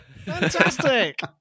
Fantastic